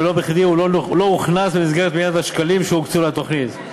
ולא בכדי הוא לא הוכנס במסגרת מיליארד השקלים שהוקצו לתוכנית.